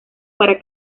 para